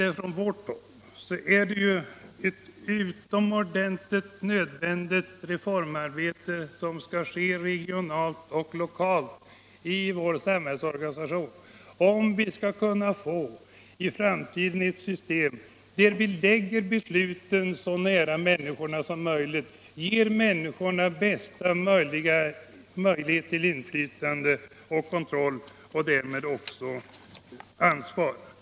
Det är ett utomordentligt angeläget reformarbete som måste genomföras regionalt och lokalt för att samhällsorganisationen i framtiden skall bli sådan att människorna får bästa möjliga tillfälle till inflytande och kontroll och därmed också ansvar.